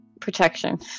protection